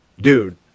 Dude